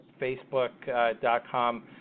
Facebook.com